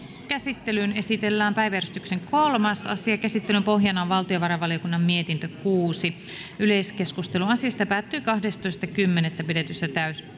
käsittelyyn esitellään päiväjärjestyksen kolmas asia käsittelyn pohjana on valtiovarainvaliokunnan mietintö kuusi yleiskeskustelu asiasta päättyi kahdestoista kymmenettä kaksituhattaseitsemäntoista pidetyssä